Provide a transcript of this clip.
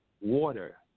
Water